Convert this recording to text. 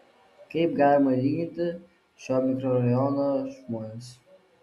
kaip galima lyginti šio mikrorajono žmones